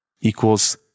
equals